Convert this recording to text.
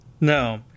No